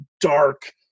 dark